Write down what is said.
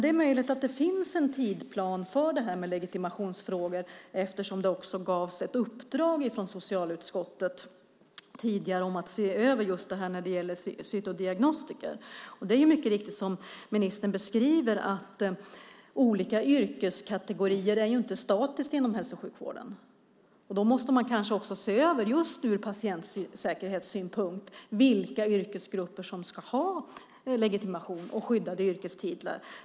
Det är möjligt att det finns en tidsplan för legitimationsfrågor, eftersom det också gavs ett uppdrag från socialutskottet tidigare om att se över det här med cytodiagnostiker. Det är mycket riktigt, som ministern beskriver, att olika yrkeskategorier inte är statiska inom hälso och sjukvården. Då måste man kanske se över just ur patientsäkerhetssynpunkt vilka yrkesgrupper som ska ha en legitimation och skyddade yrkestitlar.